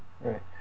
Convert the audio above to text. Right